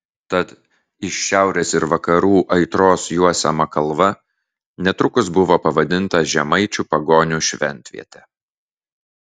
tad iš šiaurės ir vakarų aitros juosiama kalva netrukus buvo pavadinta žemaičių pagonių šventviete